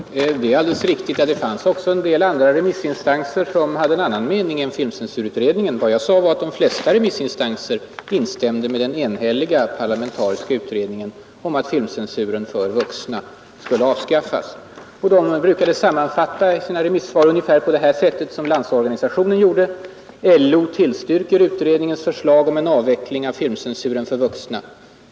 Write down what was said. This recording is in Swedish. Herr talman! Det är alldeles riktigt att det också finns några remissinstanser som hade en annan mening än filmcensurutredningen. Vad jag sade var att de flesta remissinstanser instämde med den enhälliga parlamentariska utredningen om att filmcensuren för vuxna skulle avskaffas. De sammanfattade ofta sina remissvar ungefär på det sätt som Landsorganisationen gjorde: ”LO tillstyrker utredningens förslag om en avveckling av filmcensuren för vuxna.